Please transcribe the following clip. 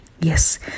Yes